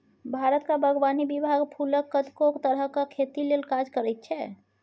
भारतक बागवानी विभाग फुलक कतेको तरहक खेती लेल काज करैत छै